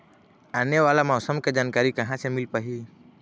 आने वाला मौसम के जानकारी कहां से मिल पाही?